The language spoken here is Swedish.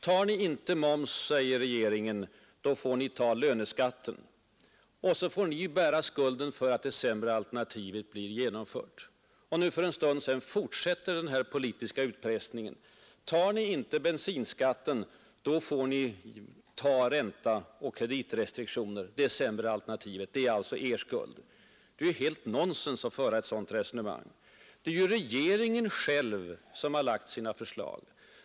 Tar ni inte moms, säger regeringen, då får ni ta löneskatten, och så får ni bära skulden för att det sämre alternativet blir genomfört. Och nu för en stund sedan fortsatte den här politiska utpressningen: Tar ni inte bensinskatten, då får ni ta ränta och kreditrestriktioner, det sämre alternativet. Det är alltså er skuld. Det är ju helt nonsens att föra ett sådant resonemang. Det är regeringen själv som har lagt sina förslag.